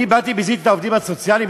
אני באתי וביזיתי את העובדים הסוציאליים?